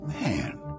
Man